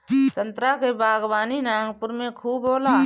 संतरा के बागवानी नागपुर में खूब होला